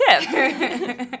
tip